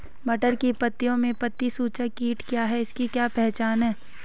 मटर की पत्तियों में पत्ती चूसक कीट क्या है इसकी क्या पहचान है?